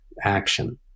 action